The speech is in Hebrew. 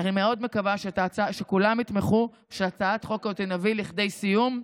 אני מאוד מקווה שכולם יתמכו ושנביא את הצעת החוק לכדי סיום,